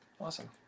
awesome